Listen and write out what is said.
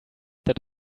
that